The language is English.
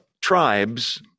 tribes